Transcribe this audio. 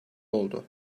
oldu